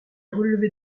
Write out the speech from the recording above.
relevait